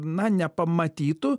na nepamatytų